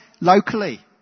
locally